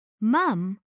Mum